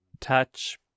touch